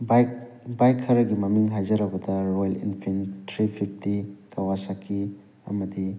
bike bike ꯈꯔꯒꯤ ꯃꯃꯤꯡ ꯍꯥꯏꯖꯔꯕꯗ ꯔꯣꯌꯦꯜ ꯏꯟꯐꯤꯟ ꯊ꯭ꯔꯤ ꯐꯤꯐꯇꯤ ꯀꯋꯥꯁꯥꯀꯤ ꯑꯃꯗꯤ